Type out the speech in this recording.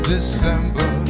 December